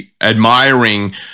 admiring